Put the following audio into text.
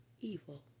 evil